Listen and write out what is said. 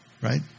right